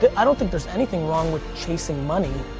but i don't think there's anything wrong with chasing money.